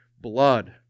blood